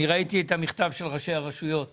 ראיתי את המכתב של ראשי הרשויות